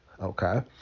okay